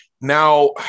Now